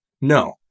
No